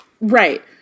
Right